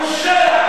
הפושע,